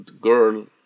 girl